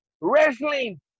Wrestling